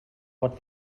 pot